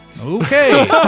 Okay